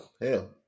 Hell